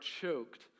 choked